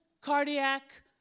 cardiac